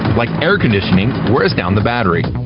like air conditioning, wears down the battery.